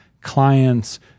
clients